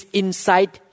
inside